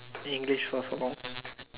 English for so long